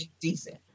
decent